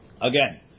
again